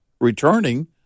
returning